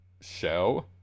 show